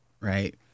right